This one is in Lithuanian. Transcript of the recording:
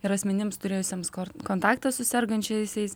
ir asmenims turėjusiems kontaktą su sergančiaisiais